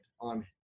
on